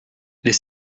les